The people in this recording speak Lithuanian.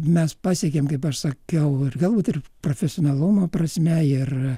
mes pasiekėm kaip aš sakiau ir galbūt ir profesionalumo prasme ir